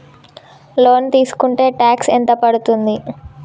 Loan తీస్కుంటే tax ఎంత పడ్తుంది?